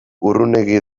urrunegi